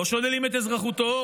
לא שוללים את אזרחותו,